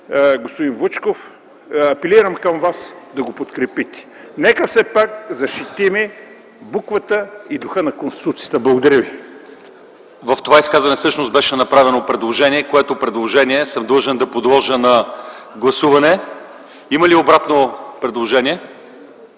господин Вучков апелирам към вас да го подкрепите. Нека все пак защитим буквата и духа на Конституцията. Благодаря ви. ПРЕДСЕДАТЕЛ ЛЪЧЕЗАР ИВАНОВ: В това изказване всъщност беше направено предложение, което съм длъжен да подложа на гласуване. Има ли обратно предложение?